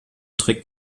trägt